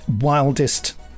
wildest